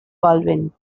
baldwin